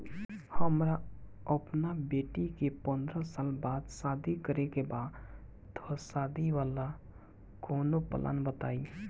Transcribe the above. हमरा अपना बेटी के पंद्रह साल बाद शादी करे के बा त शादी वाला कऊनो प्लान बताई?